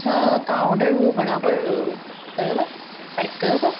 छा तव्हां ऑडरु उहो बराबरि कयव पैक कयो अथव